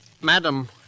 Madam